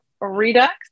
redux